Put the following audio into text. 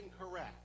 incorrect